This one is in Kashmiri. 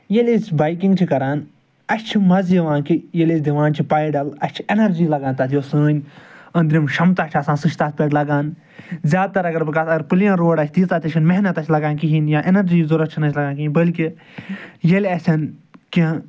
ییٚلہِ أسۍ بایکِنٛگ چھِ کران اَسہِ چھِ مَزٕ یِوان کہ ییٚلہِ أسۍ دِوان چھِ پایڈَل اَسہِ چھِ اٮ۪نَرجی لَگان تَتھ سٲنۍ أنٛدرِم شمتا چھِ آسان سُہ چھِ تَتھ پٮ۪ٹھ لَگان زٕیادٕ تَر اَگر بہٕ کَتھ اَگر پٕلین روڈ آسہِ تیٖژاہ تہِ چھِنہٕ محنت اَسہِ لَگان کِہیٖنۍ یا اٮ۪نَرجی ضُوٚرَتھ چھِنہٕ اَسہِ لَگان کِہیٖنۍ بلکہ ییٚلہِ اَسٮ۪ن کیٚنہہ